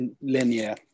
linear